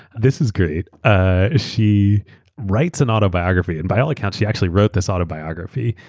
this is great, ah she writes an autobiography, and by all accounts, she actually wrote this autobiography.